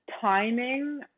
timing